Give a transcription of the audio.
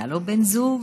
היה לו בן זוג.